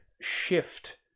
shift